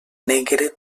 negre